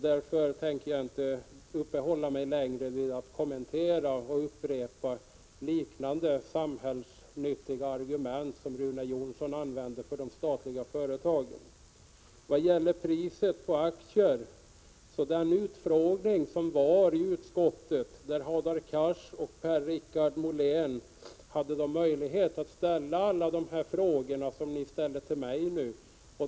Därför tänker jag inte uppehålla mig längre vid att kommentera och upprepa liknande samhällsnyttiga argument som dem Rune Jonsson använde för de statliga företagen. Vad gäller priset på aktierna vill jag påminna om den utfrågning som utskottet hade, där Hadar Cars och Per-Richard Molén hade möjlighet att ställa alla de frågor som de nu ställer till mig.